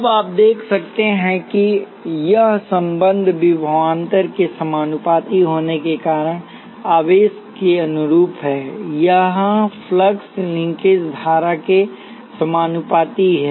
अब आप देख सकते हैं कि यह संबंध विभवांतर के समानुपाती होने के कारण आवेश के अनुरूप है यहां फ्लक्स लिंकेज धारा के समानुपाती है